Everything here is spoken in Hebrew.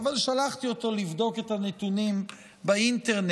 אבל שלחתי אותו לבדוק את הנתונים באינטרנט,